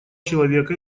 человека